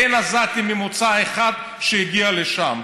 אין עזתי ממוצע אחד שהגיע לשם.